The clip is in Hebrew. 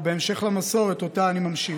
ובהמשך למסורת שאני ממשיך,